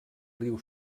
riu